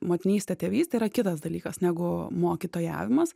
motinystė tėvystė yra kitas dalykas negu mokytojavimas